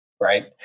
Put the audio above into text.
Right